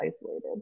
isolated